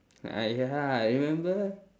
ah ya remember